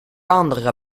andere